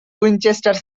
winchester